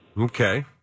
Okay